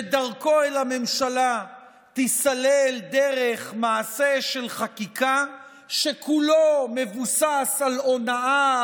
שדרכו אל הממשלה תיסלל דרך מעשה של חקיקה שכולו מבוסס על הונאה,